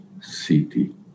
city